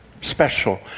special